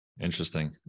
Interesting